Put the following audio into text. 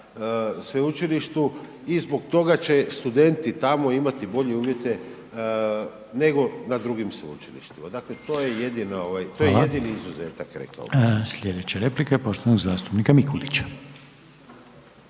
sveučilištu i zbog toga će studenti tamo imati bolje uvjete nego na drugim sveučilištima, dakle to je jedini izuzetak, rekao bi. **Reiner, Željko